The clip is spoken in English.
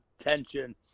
Tension